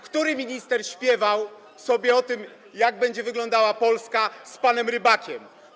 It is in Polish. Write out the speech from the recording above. Który minister śpiewał sobie o tym, jak będzie wyglądała Polska z panem Rybakiem?